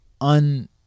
un